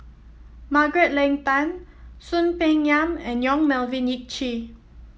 Margaret Leng Tan Soon Peng Yam and Yong Melvin Yik Chye